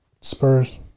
Spurs